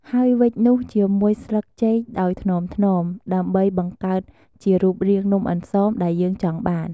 ហើយវេចនោះជាមួយស្លឹកចេកដោយថ្នមៗ ដើម្បីបង្កើតជារូបរាងនំអន្សមដែលយើងចង់បាន។